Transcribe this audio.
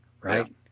right